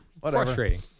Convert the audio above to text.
Frustrating